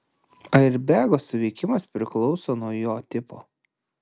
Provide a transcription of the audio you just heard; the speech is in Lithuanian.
airbego suveikimas priklauso nuo jo tipo